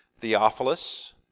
Theophilus